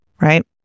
right